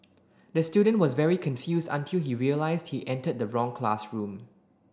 the student was very confused until he realised he entered the wrong classroom